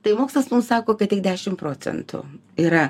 tai mokslas mum sako kad tik dešim procentų yra